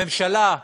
הממשלה,